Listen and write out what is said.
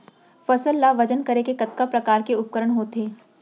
फसल ला वजन करे के कतका प्रकार के उपकरण होथे?